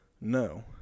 No